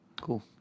Cool